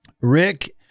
Rick